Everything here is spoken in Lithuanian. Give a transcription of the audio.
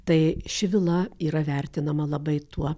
tai ši vila yra vertinama labai tuo